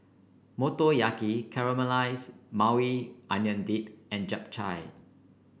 Motoyaki Caramelized Maui Onion Dip and Japchae